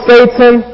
Satan